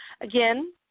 Again